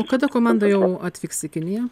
o kada komanda jau atvyks į kiniją